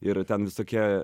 ir ten visokie